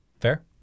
Fair